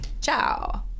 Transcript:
Ciao